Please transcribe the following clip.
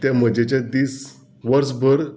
ते मजेचे दीस वर्स भर